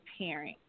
parent